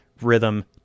rhythm